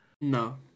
No